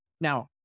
Now